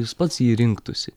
jis pats jį rinktųsi